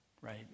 right